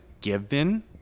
given